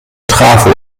trafo